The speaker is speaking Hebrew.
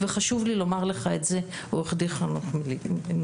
וחשוב לי לומר לך את זה עו"ד חנוך מלביצקי,